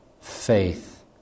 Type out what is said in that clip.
faith